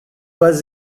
pas